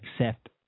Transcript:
accept